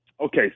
Okay